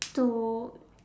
to